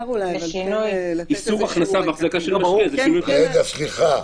איסור הכנסה והחזקה זה שינוי חקיקה.